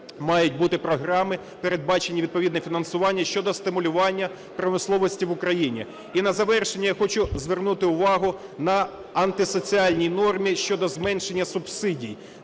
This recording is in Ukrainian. мають бути програми, передбачене відповідне фінансування щодо стимулювання промисловості в Україні. І на завершення я хочу звернути увагу на антисоціальну норму щодо зменшення субсидій.